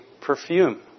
perfume